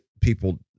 people